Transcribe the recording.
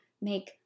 make